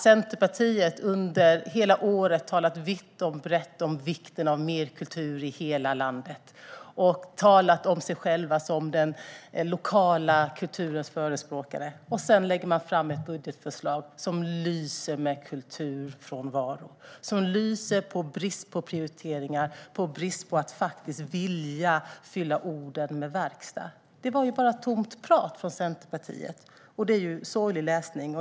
Centerpartiet har under hela året talat vitt och brett om vikten av mer kultur i hela landet. De har talat om sig själva som den lokala kulturens förespråkare. Sedan lägger man fram ett budgetförslag som lyser av kulturfrånvaro, som lyser av brist på prioriteringar och av brist på vilja att fylla orden med verkstad. Det var bara tomt prat från Centerpartiet. Det är sorglig läsning.